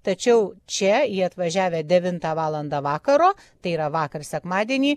tačiau čia jie atvažiavę devintą valandą vakaro tai yra vakar sekmadienį